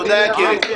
תודה, יקירי.